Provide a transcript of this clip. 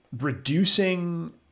reducing